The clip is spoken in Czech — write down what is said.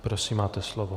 Prosím, máte slovo.